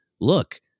look